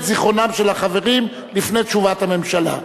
זיכרונם של החברים לפני תשובת הממשלה.